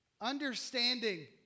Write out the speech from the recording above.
understanding